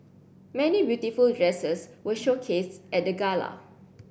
many beautiful dresses were showcased at the gala